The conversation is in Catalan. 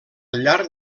llarg